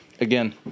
Again